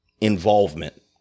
involvement